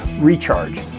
Recharge